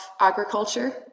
agriculture